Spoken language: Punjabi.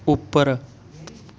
ਉੱਪਰ